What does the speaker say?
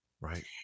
Right